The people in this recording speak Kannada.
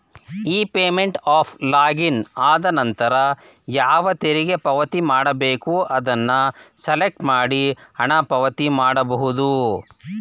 ಇ ಪೇಮೆಂಟ್ ಅಫ್ ಲಾಗಿನ್ ಆದನಂತರ ಯಾವ ತೆರಿಗೆ ಪಾವತಿ ಮಾಡಬೇಕು ಅದನ್ನು ಸೆಲೆಕ್ಟ್ ಮಾಡಿ ಹಣ ಪಾವತಿ ಮಾಡಬಹುದು